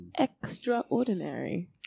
extraordinary